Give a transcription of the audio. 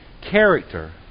character